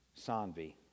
Sanvi